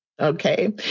Okay